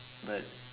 but